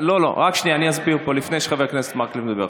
אני אסביר פה לפני שחבר כנסת מקלב מדבר.